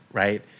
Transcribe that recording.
right